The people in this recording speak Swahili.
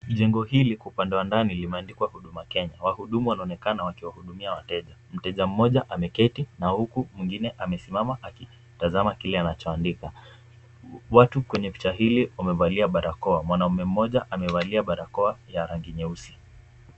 Jengo hili iko upande wa ndani limeandikwa huduma Kenya, wahudumu wanaonekana wakiwahudumia wateja. Mteja mmoja ameketi na huku mwingine amesimama akitazama kile anachoandika. Watu kwenye picha hili wamevalia barakoa, mwanamume mmoja amevalia barakoa ya rangi nyeusi.